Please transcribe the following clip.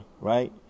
right